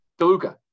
DeLuca